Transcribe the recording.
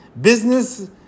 Business